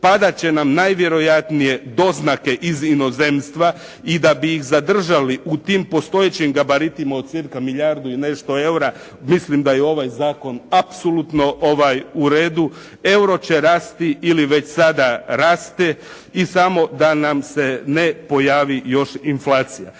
Padat će nam najvjerojatnije doznake iz inozemstva i da bi ih zadržali u tim postojećim gabaritima od cirka milijardu i nešto EUR-a mislim da je ovaj zakon apsolutno u redu. EURO će rasti ili već sada raste i samo da nam se ne pojavi još inflacija.